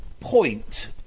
point